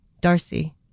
Darcy